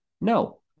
No